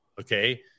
Okay